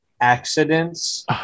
accidents